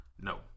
No